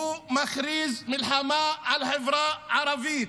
מכריז מלחמה על החברה הערבית.